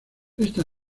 esta